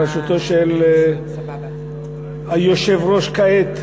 בראשותו של היושב-ראש כעת,